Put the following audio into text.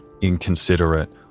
inconsiderate